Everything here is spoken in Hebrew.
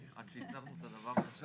כדי שתקביל למי שקיבל רכב מהמאגר של משרד